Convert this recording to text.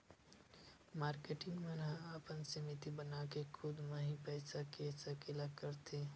marketing मन ह अपन समिति बनाके खुद म ही पइसा के सकेला करथे